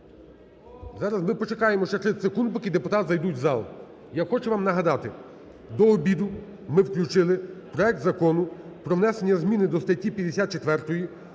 зараз ми почекаємо ще 30 секунд, поки депутати зайдуть в зал. Я хочу вам нагадати, до обіду ми включили проект Закону про внесення зміни до статті 54